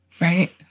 Right